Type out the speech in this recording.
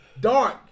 Dark